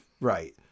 Right